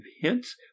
hints